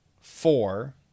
four